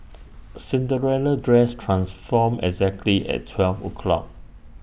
Cinderella's dress transformed exactly at twelve o'clock